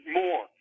more